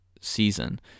season